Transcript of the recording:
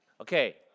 Okay